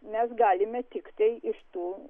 mes galime tiktai iš tų